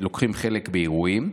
שלוקחים חלק באירועים.